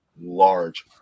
large